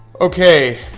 Okay